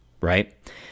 right